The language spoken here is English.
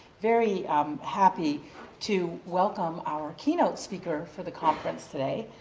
very happy to welcome our keynote speaker for the conference today.